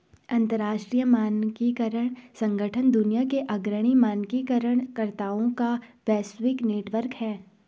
अंतर्राष्ट्रीय मानकीकरण संगठन दुनिया के अग्रणी मानकीकरण कर्ताओं का वैश्विक नेटवर्क है